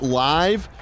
live